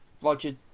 Roger